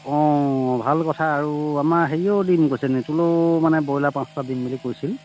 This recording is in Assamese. অঁ ভাল কথা আৰু আমাৰ হেৰিয়েও দিম কৈছে নিতুলেও মানে ব্ৰইলাৰ পাঁচটা দিম বুলি কৈছিল